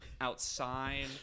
outside